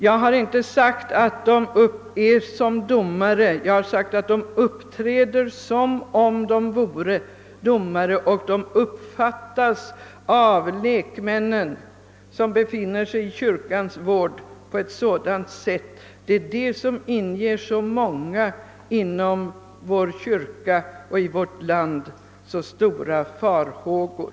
Jag har inte sagt, att prästerna är domare. Jag sade, ait de uppträder som om de vore domare och att de uppfattas av lekmännen, som befinner sig i kyrkans vård, på ett sådant sätt. Det är det som inger så många inom vår kyrka och i vårt land så stora farhågor.